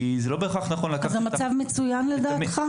כי זה לא בהכרח נכון לקחת --- אז המצב מצוין לדעתך?